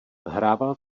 hrával